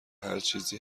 هرچیزی